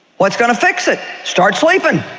what's going to fix it, start sleeping.